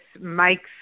makes